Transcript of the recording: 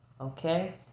Okay